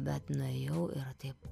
bet nuėjau ir taip